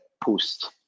post